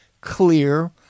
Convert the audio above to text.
clear